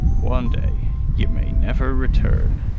one day you may never return.